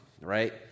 right